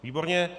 Výborně.